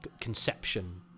conception